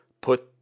put